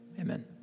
Amen